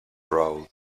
road